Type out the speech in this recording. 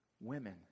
women